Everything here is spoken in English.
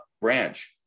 branch